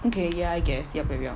okay ya I guess you're very on